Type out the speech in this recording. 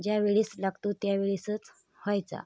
ज्यावेळेस लागतो त्यावेळेसच व्हायचा